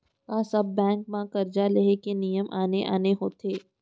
का सब बैंक म करजा ले के नियम आने आने होथे?